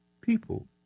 people